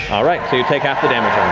all right, so you take half the damage